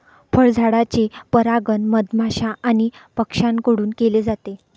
फळझाडांचे परागण मधमाश्या आणि पक्ष्यांकडून केले जाते